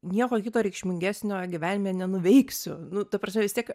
nieko kito reikšmingesnio gyvenime nenuveiksiu nu ta prasme vis tiek